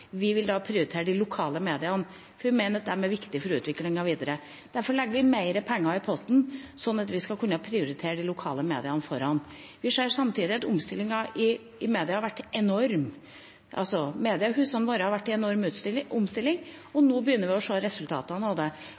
Vi vil da prioritere de lokale mediene, for vi mener at de er viktige for utviklingen videre. Derfor legger vi mer penger i potten, slik at vi skal kunne prioritere de lokale mediene foran. Vi ser samtidig at omstillingen i media har vært enorm, altså at mediehusene våre har vært i en enorm omstilling. Og nå begynner vi å se resultatene av det